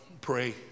pray